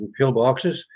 pillboxes